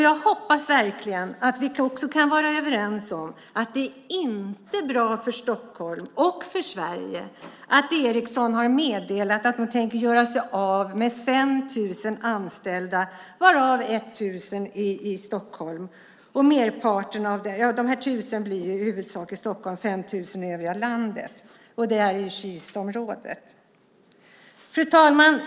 Jag hoppas verkligen att vi också kan vara överens om att det inte är bra för Stockholm och för Sverige att Ericsson har meddelat att de tänker göra sig av med 5 000 anställda i landet, varav 1 000 i Kistaområdet i Stockholm. Fru talman!